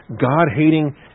God-hating